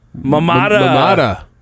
Mamada